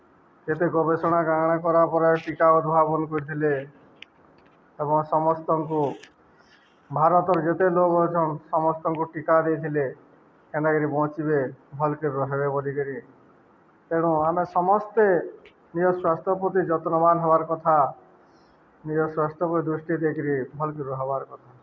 କେତେ ଗବେଷଣା କା କାଣା କଲା ପରେ ଟୀକା ଉଦ୍ଭାବନ କରିଥିଲେ ଏବଂ ସମସ୍ତଙ୍କୁ ଭାରତର୍ ଯେତେ ଲୋକ୍ ଅଛନ୍ ସମସ୍ତଙ୍କୁ ଟୀକା ଦେଇଥିଲେ କେନ୍ତା କରି ବଞ୍ଚିବେ ଭଲକରି ରହେବେ ବଲିକରି ତେଣୁ ଆମେ ସମସ୍ତେ ନିଜ ସ୍ୱାସ୍ଥ୍ୟ ପ୍ରତି ଯତ୍ନବାନ୍ ହେବାର୍ କଥା ନିଜର୍ ସ୍ୱାସ୍ଥ୍ୟପ୍ରତି ଦୃଷ୍ଟି ଦେଇକରି ଭଲ୍ କରି ରହେବାର୍ କଥା